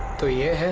two years